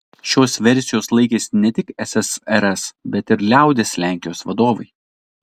šios versijos laikėsi ne tik ssrs bet ir liaudies lenkijos vadovai